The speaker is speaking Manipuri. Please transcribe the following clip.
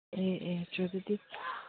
ꯑꯦ ꯑꯦ ꯆꯣ ꯑꯗꯨꯗꯤ